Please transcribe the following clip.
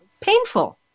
painful